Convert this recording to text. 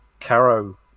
Caro